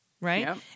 right